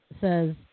says